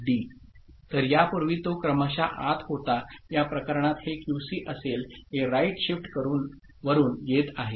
D तर यापूर्वी तो क्रमशः आत होता या प्रकरणात हे क्यूसी असेल हे राईट शिफ्ट वरून येत आहे